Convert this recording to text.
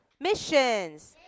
missions